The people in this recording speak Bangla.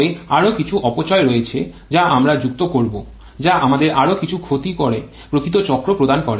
তবে আরও কিছু অপচয় রয়েছে যা আমরা যুক্ত করব যা আমাদের আরও কিছু ক্ষতি করে প্রকৃত চক্র প্রদান করে